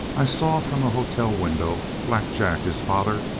i saw from a hotel window black jack, his father,